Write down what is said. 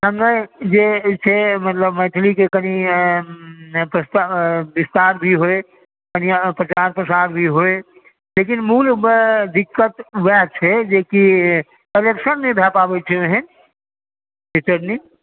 सङ्गे जे छै मतलब मैथिलीके कनि विस्तार भी होय बढ़िआँसंँ प्रचार प्रसार भी होय लेकिन मूलमे दिक़्कत ओएह छै जेकि कलेक्शन नहि भए पाबैत छै ओहन रिटर्निङ्ग